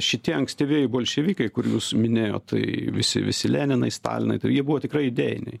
šitie ankstyvieji bolševikai kur jūs minėjot tai visi visi leninai stalinai tai jie buvo tikrai idėjiniai